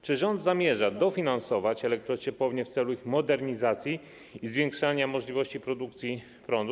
Czy rząd zamierza dofinansować elektrociepłownie w celu ich modernizacji i zwiększania możliwości produkcji prądu?